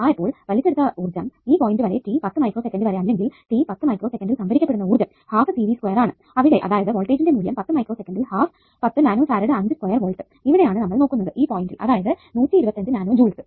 ആയപ്പോൾ വലിച്ചെടുത്ത ഊർജ്ജം ഈ പോയിന്റ് വരെ t 10 മൈക്രോ സെക്കന്റ് വരെ അല്ലെങ്കിൽ t 10 മൈക്രോ സെക്കന്റിൽ സംഭരിക്കപ്പെടുന്ന ഊർജ്ജം ആണ് അവിടെ അതായത് വോൾടേജ്ജിന്റെ മൂല്യം 10 മൈക്രോ സെക്കന്റിൽ ഹാഫ് 10 നാനോഫാറെഡ് 5 സ്ക്വയർ വോൾട്ട് ഇവിടെ ആണ് നമ്മൾ നോക്കുന്നത് ഈ പോയിന്റിൽ അതായത് 125 നാനോ ജൂൾസ്